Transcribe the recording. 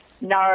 No